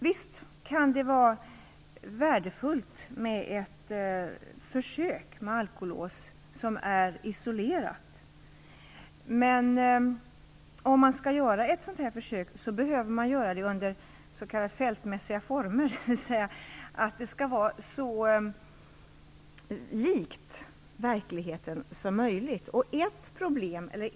Visst kan det vara värdefullt med ett isolerat försök med alkolås, men ett sådant försök måste göras under s.k. fältmässiga former, dvs. försöket skall vara så likt verkligheten som möjligt.